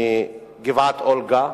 מגבעת-אולגה,